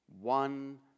One